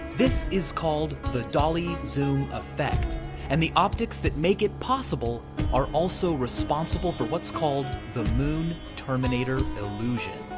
this is called the dolly zoom effect and the optics that make it possible are also responsible for what's called the moon terminator illusion.